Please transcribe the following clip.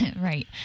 Right